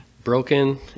Broken